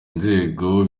inzego